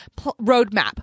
roadmap